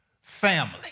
family